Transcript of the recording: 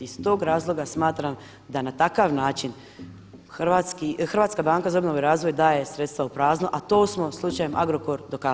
I iz tog razloga smatram da na takav način Hrvatska banka za obnovu i razvoj daje sredstva u prazno, a to smo slučajem Agrokor dokazali.